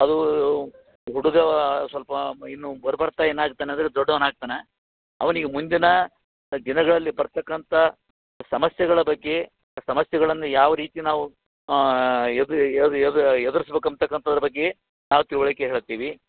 ಅದು ಹುಡುಗ ಸ್ವಲ್ಪ ಇನ್ನೂ ಬರಬರ್ತಾ ಏನು ಆಗ್ತಾನೆ ಅಂದ್ರೆ ದೊಡ್ಡೋನಾಗ್ತನೆ ಅವ್ನಿಗೆ ಮುಂದಿನ ದಿನಗಳಲ್ಲಿ ಬರತಕ್ಕಂಥ ಸಮಸ್ಯೆಗಳ ಬಗ್ಗೆ ಸಮಸ್ಯೆಗಳನ್ನು ಯಾವ ರೀತಿ ನಾವು ಎದ್ ಎದ್ ಎದ್ ಎದ್ರಸ್ಬೇಕು ಅಂತಕ್ಕಂಥದ್ರ ಬಗ್ಗೆ ನಾವು ತಿಳುವಳಿಕೆ ಹೇಳ್ತೀವಿ